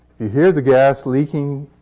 you hear the gas leaking,